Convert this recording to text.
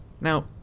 Now